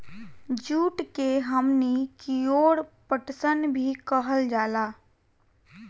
जुट के हमनी कियोर पटसन भी कहल जाला